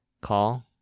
call